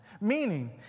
Meaning